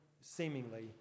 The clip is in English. seemingly